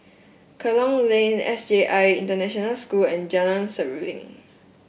Kerong Lane S J I International School and Jalan Seruling